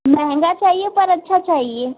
महँगा चाहिए पर अच्छा चाहिए